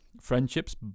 friendships